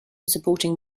supporting